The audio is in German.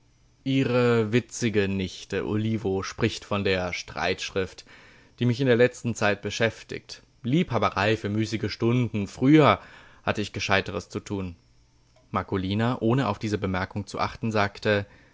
ihre witzige nichte olivo spricht von der streitschrift die mich in der letzten zeit beschäftigt liebhaberei für müßige stunden früher hatte ich gescheiteres zu tun marcolina ohne auf diese bemerkung zu achten sagte